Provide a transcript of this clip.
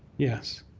yes.